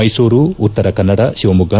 Mysuru Uttara Kannada Shivamogga